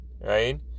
right